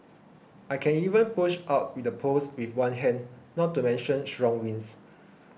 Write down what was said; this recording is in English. I can even push out the poles with one hand not to mention strong winds